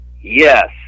Yes